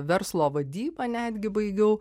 verslo vadybą netgi baigiau